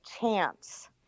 chance